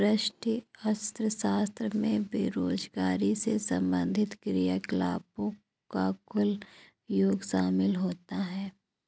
व्यष्टि अर्थशास्त्र में बेरोजगारी से संबंधित क्रियाकलापों का कुल योग शामिल होता है